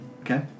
Okay